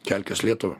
kelkis lietuva